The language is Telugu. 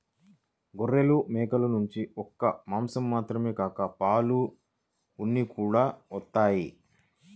గొర్రెలు, మేకల నుంచి ఒక్క మాసం మాత్రమే కాక పాలు, ఉన్ని కూడా వత్తయ్